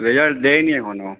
result দেয়নি এখনও